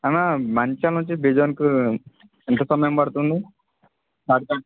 అనా మంచ్యాల్ నుంచి బీజన్కు ఎంత సమయం పడుతుంది